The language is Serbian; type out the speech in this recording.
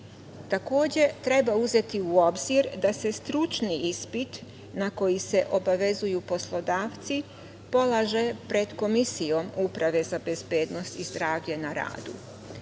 treba uzeti u obzir da se stručni ispit, na koji se obavezuju poslodavci, polaže pred Komisijom Uprave za bezbednost i zdravlje na radu.